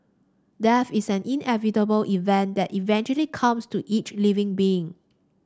death is an inevitable event that eventually comes to each living being